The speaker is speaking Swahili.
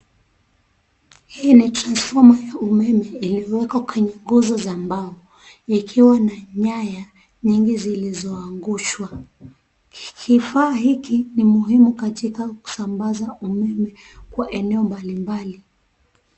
Hii ni transfoma ya umeme iliyoko kwenye nguzo za mbao, ikiwa na nyaya nyingi zilizoangushwa. Kifaa hiki ni muhimu katika kusambaza umeme kwa eneo mbali mbali